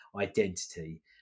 identity